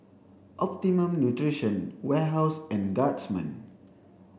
Optimum Nutrition Warehouse and Guardsman